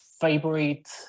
favorite